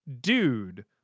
Dude